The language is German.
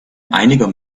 einiger